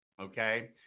Okay